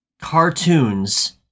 cartoons